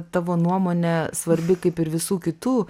tavo nuomonė svarbi kaip ir visų kitų